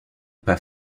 pas